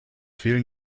fehlen